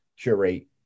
curate